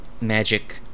magic